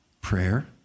Prayer